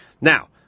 Now